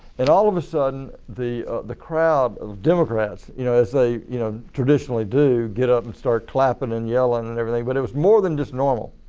and all of a sudden, the the crowd of democrats you know as they you know traditionally do get up and start clapping and yelling and and everything but it was more than just normal.